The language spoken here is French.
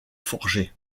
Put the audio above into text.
forgé